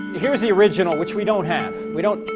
here's the original, which we don't have, we don't.